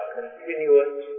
continuous